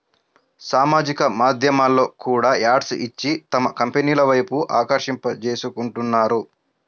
సామాజిక మాధ్యమాల్లో కూడా యాడ్స్ ఇచ్చి తమ కంపెనీల వైపు ఆకర్షింపజేసుకుంటున్నారు